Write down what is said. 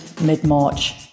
mid-march